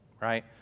right